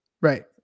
Right